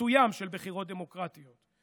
מסוים של בחירות דמוקרטיות.